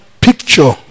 picture